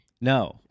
No